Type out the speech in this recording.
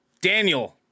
Daniel